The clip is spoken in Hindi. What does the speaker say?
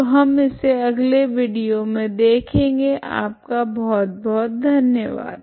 तो हम इसे अगले विडियो मे देखेगे आपका बहुत बहुत धन्यवाद